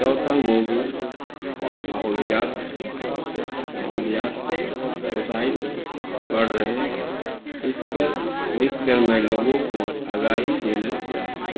چوتھا موضوع ماحولیات ہے ماحولیات مسائل بڑھ رہے ہیں اس پر لکھ کر میں لوگوں کو آگاہی دینا چاہتا ہوں